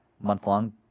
month-long